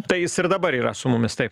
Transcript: tai jis ir dabar yra su mumis taip